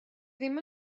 ddim